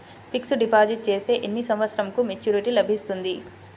Fixed deposit చేస్తే ఎన్ని సంవత్సరంకు మెచూరిటీ లభిస్తుంది?